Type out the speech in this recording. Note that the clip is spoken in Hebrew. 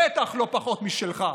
בטח לא פחות משלך.